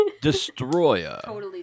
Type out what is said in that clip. destroyer